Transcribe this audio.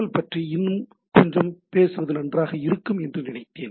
L பற்றி இன்னும் கொஞ்சம் பேசுவது நன்றாக இருக்கும் என்று நினைத்தேன்